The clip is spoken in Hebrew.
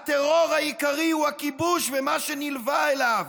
הטרור העיקרי הוא הכיבוש ומה שנלווה אליו,